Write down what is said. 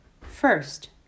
First